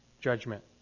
judgment